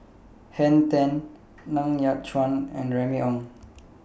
Henn Tan Ng Yat Chuan and Remy Ong